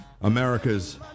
America's